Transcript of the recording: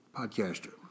Podcaster